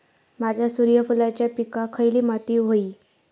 माझ्या सूर्यफुलाच्या पिकाक खयली माती व्हयी?